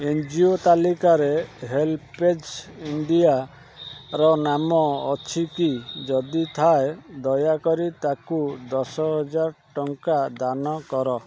N G O ତାଲିକାରେ HelpAge ଇଣ୍ଡିଆର ନାମ ଅଛି କି ଯଦି ଥାଏ ଦୟାକରି ତା'କୁ ଦଶହଜାର ଟଙ୍କା ଦାନ କର